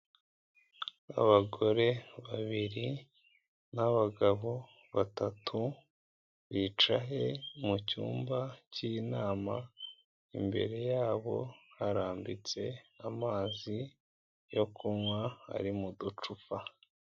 Abagore babiri n'abagabo batatu bicaye mu cyumba cy'inama, imbere yabo harambitse amazi yo kunywa ari mu ducupa.